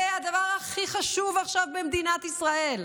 זה הדבר הכי חשוב עכשיו במדינת ישראל.